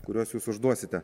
kuriuos jūs užduosite